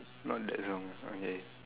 not that song okay